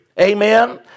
amen